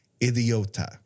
idiota